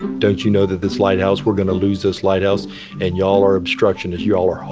don't you know that this lighthouse, we're going to lose this lighthouse and y'all are obstructionists. y'all are.